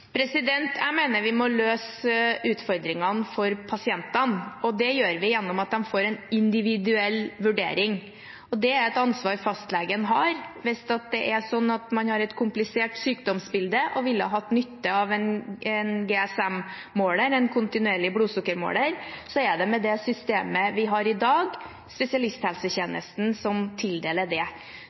Jeg mener vi må løse utfordringene for pasientene. Det gjør vi gjennom at de får en individuell vurdering. Det er et ansvar fastlegen har. Hvis man har et komplisert sykdomsbilde og ville hatt nytte av CGM, en kontinuerlig blodsukkermåler, er det med det systemet vi har i dag, spesialisthelsetjenesten som tildeler det.